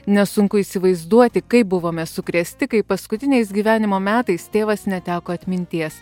nesunku įsivaizduoti kaip buvome sukrėsti kai paskutiniais gyvenimo metais tėvas neteko atminties